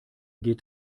geht